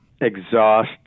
Exhaust